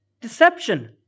deception